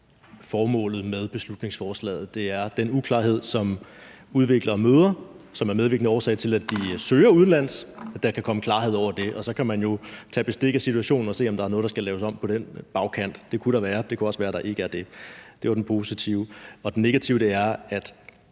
formålet med beslutningsforslaget, at der kan komme klarhed over den uklarhed, som udviklere møder, som er medvirkende årsag til, at de søger udenlands. Så kan man jo tage bestik af situationen og se, om der er noget, der skal laves om på den bagkant. Det kunne der være, og det kunne også være, at der ikke er det. Det var den positive. Den negative er, at